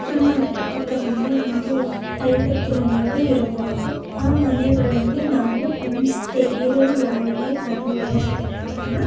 ನಮ್ಮ ಅಕ್ಕಪಕ್ಕದ ಮನೆ ಒಂದು ಐವತ್ತು ಮನೆಗಳು ಇರಬಹುದು ಆ ಮನೆಗಳಲ್ಲಿ ನಾವು ಹೋಮ್ಸ್ಟೇ ಇರಲು ಯಾವುದೇ ತರಹ ವ್ಯವಸ್ಥೆಗಳನ್ನು